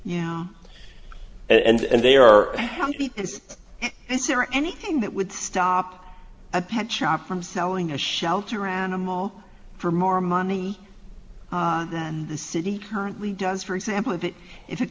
is is there anything that would stop a pet shop from selling a shelter animal for more money than the city currently does for example of it if it